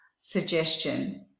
suggestion